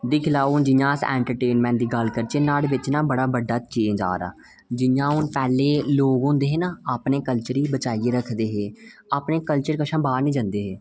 दिक्खी लैओ हून जि'यां अस एंटरटेनमैंट दी गल्ल करचै नुआढ़े बिच ना बड़ा बड्डा चेंज आ दा जि'यां हून पैह्लें लोग होंदे हे ना अपने कल्चर गी बचाइयै रखदे हे अपने कल्चर कशा बाह्र निं जंदे हे